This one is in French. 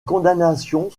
condamnations